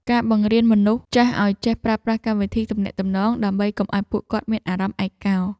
ការបង្រៀនមនុស្សចាស់ឱ្យចេះប្រើប្រាស់កម្មវិធីទំនាក់ទំនង ដើម្បីកុំឱ្យពួកគាត់មានអារម្មណ៍ឯកា។